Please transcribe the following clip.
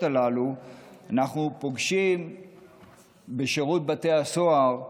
אלו אנו פוגשים בשירות בתי הסוהר,